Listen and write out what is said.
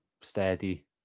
steady